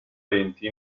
lenti